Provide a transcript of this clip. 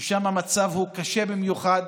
ששם המצב הוא קשה במיוחד,